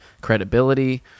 credibility